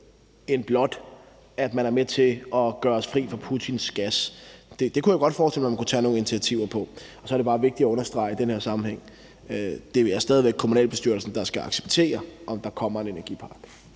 end blot det, at man er med til at gøre os fri af Putins gas. Det kunne jeg godt forestille mig man kunne tage nogle initiativer til. Så er det bare vigtigt at understrege i den her sammenhæng, at det stadig væk vil være kommunalbestyrelsen, der skal acceptere, at der kommer en energipakke.